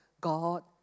God